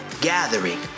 gathering